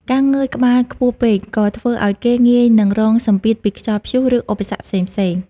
ការងើយក្បាលខ្ពស់ពេក ក៏ធ្វើឱ្យគេងាយនឹងរងសម្ពាធពីខ្យល់ព្យុះ ឬឧបសគ្គផ្សេងៗ។